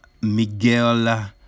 Miguel